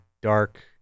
dark